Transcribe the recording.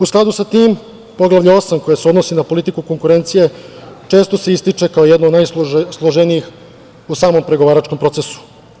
U skladu sa tim, Poglavlje 8, koje se odnosi na politiku konkurencije, često se ističe kao jedno od najsloženijih u samom pregovaračkom procesu.